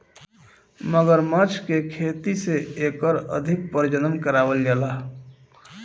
मगरमच्छ के खेती से एकर अधिक प्रजनन करावल जाला